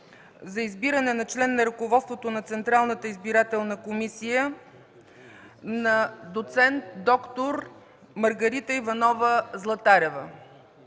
за избиране на член на ръководството на Централната избирателна комисия на доц. д-р Маргарита Иванова Златарева.